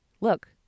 look